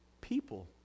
people